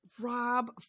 Rob